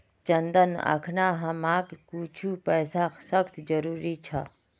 चंदन अखना हमाक कुछू पैसार सख्त जरूरत छ